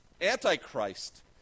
Antichrist